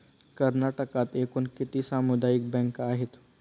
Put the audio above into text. कर्नाटकात एकूण किती सामुदायिक बँका आहेत?